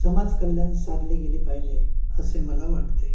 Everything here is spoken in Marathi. समाजकल्याण साधले गेले पाहिजे असे मला वाटते